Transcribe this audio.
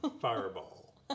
Fireball